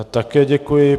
Také děkuji.